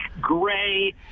gray